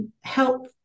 help